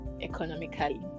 economically